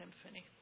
Symphony